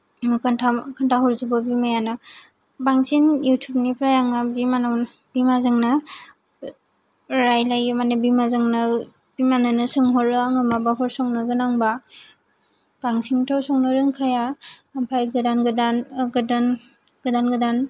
ओ खोन्था खोन्थाहरजोबो बिमायानो बांसिन युटुबनिफ्राय आङो बिमानावनो बिमाजोंनो रायलायो माने बिमाजोंनो बिमानोनो सोंहरो आङो माबाफोर सोंनो गोनां बा बांसिनथ' संनो रोंखाया ओमफ्राय गोदान गोदान गोदान गोदान गोदान